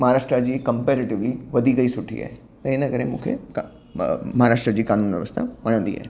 महाराष्ट्र जी कंपेरेटिवली वधीक ई सुठी आहे त हिन करे मूंखे महाराष्ट्र जी कानून व्यवस्था वणंदी आहे